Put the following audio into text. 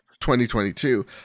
2022